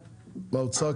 האוצר,